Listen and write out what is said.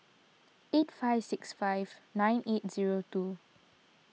eight five six five nine eight zero two